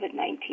COVID-19